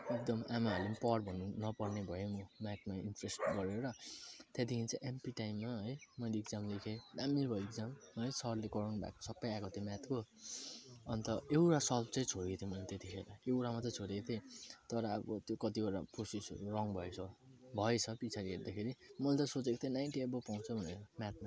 अनि त आमाहरूले नि पढ् भन्नु पनि नपर्ने भएँ म म्याथमा त्यसले गरेर त्यहाँदेखिन् चाहिँ एमपी टाइममा है मैले इग्जाम लेखेँ दामी भयो इग्जाम है सरले गराउनुभएको सबै आएको थियो म्याथको अनि त एउटा सल्भ चाहिँ छोडेको थिएँ मैले त्यतिखेर एउटा मात्रै छोडेको थिएँ तर अब त्यो कतिवटा प्रोसेसहरू रङ भएछ भएछ पछाडी हेर्दाखेरि मैले त सोचेको थिएँ नाइन्टी एबभ आउँछ भनेर म्याथमा